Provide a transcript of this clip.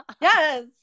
Yes